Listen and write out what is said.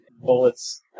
bullets